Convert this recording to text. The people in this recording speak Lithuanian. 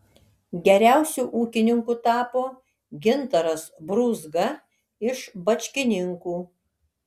geriausiu ūkininku tapo gintaras brūzga iš bačkininkų